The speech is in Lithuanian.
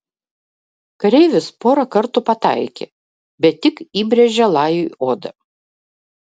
kareivis porą kartų pataikė bet tik įbrėžė lajui odą